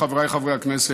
חבריי חברי הכנסת,